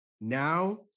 now